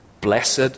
blessed